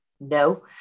No